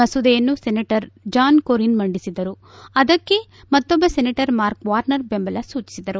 ಮಸೂದೆಯನ್ನು senator John Cornyn ಮಂಡಿಸಿದರು ಅದಕ್ಕೆ ಮತ್ತೊಬ್ಬ ಸೆನೆಟರ್ ಮಾರ್ಕ್ ವಾರ್ನರ್ ಬೆಂಬಲ ಸೂಚಿಸಿದರು